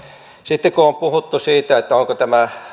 sitten kun on on puhuttu siitä onko tämä